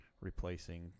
Replacing